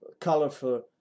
colorful